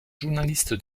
journaliste